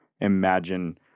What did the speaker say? imagine